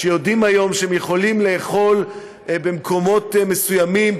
שיודעים היום שהם לא יכולים לאכול במקומות מסוימים,